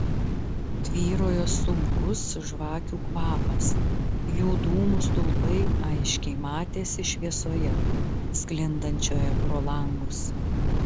tvyrojo sunkus žvakių kvapas jų dūmų stulpai aiškiai matėsi šviesoje sklindančioje pro langus